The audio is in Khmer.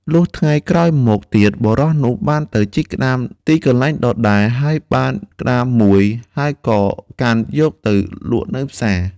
លុះថ្ងៃក្រោយមកទៀត បុរសនោះបានទៅជីកក្ដាមនៅទីកន្លែងដដែលហើយបានក្ដាមមួយ ហើយក៏កាន់យកទៅលក់នៅផ្សារ។